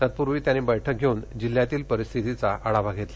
तत्पूर्वी त्यांनी बैठक घेऊन जिल्ह्यातील परिस्थितीचा आढावा घेतला